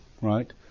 right